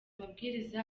mabwiriza